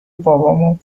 بابامو